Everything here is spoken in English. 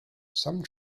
some